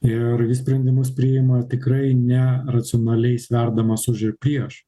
ir jis sprendimus priima tikrai ne racionaliai sverdamas už ir prieš